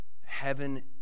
Heaven